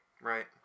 Right